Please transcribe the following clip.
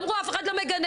אמרו אף אחד לא מגנה.